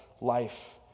life